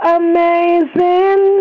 amazing